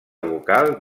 local